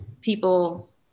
people